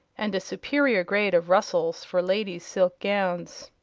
and a superior grade of rustles for ladies' silk gowns.